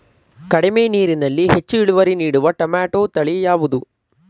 ಕಡಿಮೆ ನೀರಿನಲ್ಲಿ ಹೆಚ್ಚು ಇಳುವರಿ ನೀಡುವ ಟೊಮ್ಯಾಟೋ ತಳಿ ಯಾವುದು?